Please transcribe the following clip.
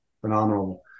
phenomenal